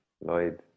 lloyd